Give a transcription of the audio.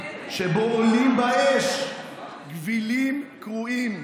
שבו עולים באש גווילים קרועים",